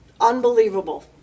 unbelievable